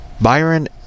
Byron